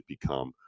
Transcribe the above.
become